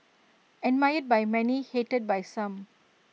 admired by many hated by some